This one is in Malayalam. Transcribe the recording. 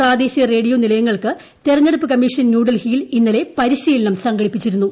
പ്രാദേശിക റേഡിയോ നിലയങ്ങൾക്ക് തെരഞ്ഞെടുപ്പ് കമ്മീഷൻ ന്യൂഡൽഹിയിൽ ഇന്നലെ പരിശീലനം സംഘടിപ്പിച്ചിരുന്നു